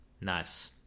Nice